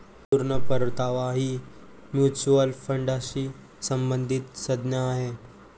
पूर्ण परतावा ही म्युच्युअल फंडाशी संबंधित संज्ञा आहे